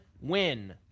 win